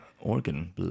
organ